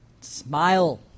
Smile